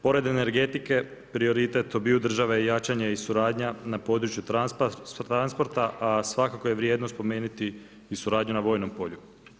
Pored energetike prioritet obiju država je jačanje i suradnja na području transporta a svakako je vrijedno spomenuti i suradnju na vojnom polju.